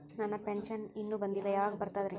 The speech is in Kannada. ನನ್ನ ಪೆನ್ಶನ್ ಇನ್ನೂ ಬಂದಿಲ್ಲ ಯಾವಾಗ ಬರ್ತದ್ರಿ?